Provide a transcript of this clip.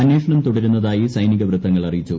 അന്വേഷണം തുടരുന്നതായി സൈനിക വൃത്തങ്ങൾ അറിയിച്ചു